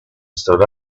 stood